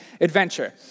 adventure